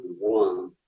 one